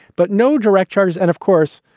but no direct charge. and, of course.